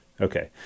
Okay